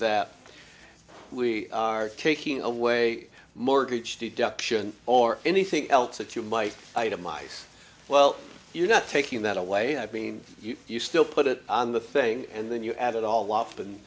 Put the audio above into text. that we are taking away mortgage deduction or anything else that you might itemize well you're not taking that away i mean you still put it on the thing and then you add it all up and